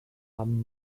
haben